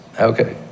Okay